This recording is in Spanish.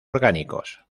orgánicos